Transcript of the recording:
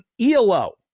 ELO